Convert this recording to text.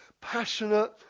passionate